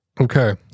Okay